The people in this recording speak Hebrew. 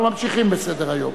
אנחנו ממשיכים בסדר-היום,